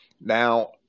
Now